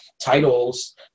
titles